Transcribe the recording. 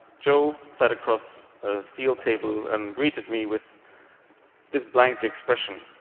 joe sat across a steel table and greeted me with this blank expression.